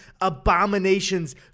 abominations